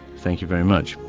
thank you very much.